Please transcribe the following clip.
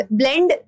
blend